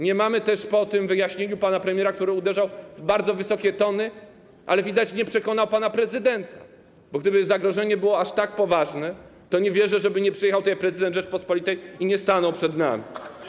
Nie mamy jej też po wyjaśnieniu pana premiera, który uderzał w bardzo wysokie tony, ale widać nie przekonał pana prezydenta, bo gdyby zagrożenie było aż tak poważne, to nie wierzę, że nie przyjechałby tutaj prezydent Rzeczypospolitej i nie stanął przed nami.